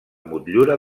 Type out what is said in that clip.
motllura